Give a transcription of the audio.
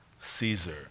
Caesar